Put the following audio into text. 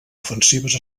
ofensives